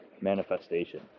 manifestation